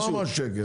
לא הוא לא אמר שקר.